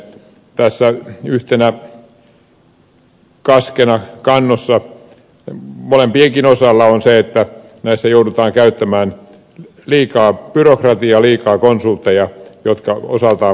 tässä yhtenä kantona kaskessa molempienkin osalta on se että näissä joudutaan käyttämään liikaa byrokratiaa liikaa konsultteja jotka osaltaan murentavat tätä tehokkuutta